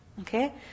Okay